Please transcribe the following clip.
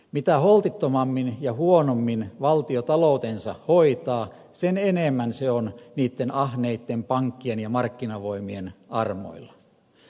mitä holtittomammin ja huonommin valtio taloutensa hoitaa sen enemmän se on niitten ahneitten pankkien ja markkinavoimien armoilla